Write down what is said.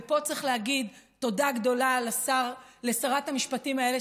ופה צריך להגיד תודה גדולה לשרת המשפטים איילת